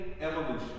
evolution